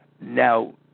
Now